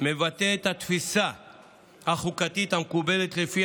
מבטא את התפיסה החוקתית המקובלת שלפיה